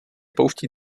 pouští